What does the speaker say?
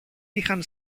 είχαν